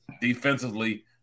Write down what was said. Defensively